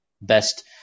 best